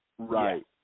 Right